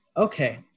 Okay